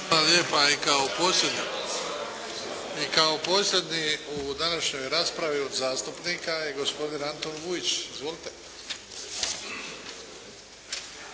Hvala lijepa. I kao posljednji u današnjoj raspravi od zastupnika je gospodin Antun Vujić. Izvolite.